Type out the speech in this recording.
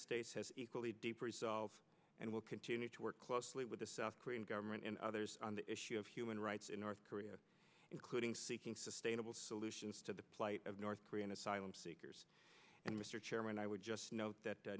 states has equally deep resolve and will continue to work closely with the south korean government and others on the issue of human rights in north korea including seeking sustainable solutions to the plight of north korean asylum seekers and mr chairman i would just note that